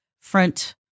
front